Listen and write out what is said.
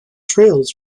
trails